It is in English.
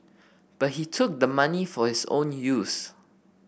but he took the money for his own use